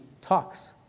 talks